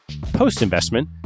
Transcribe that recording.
Post-investment